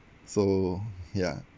so ya